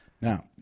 Now